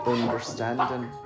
Understanding